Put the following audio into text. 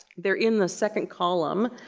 they're in the second column.